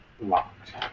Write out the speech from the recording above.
locked